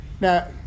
Now